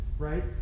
Right